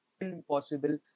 impossible